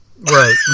Right